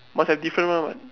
must have different one what